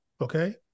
Okay